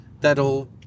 that'll